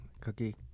Cookie